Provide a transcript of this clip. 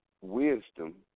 Wisdom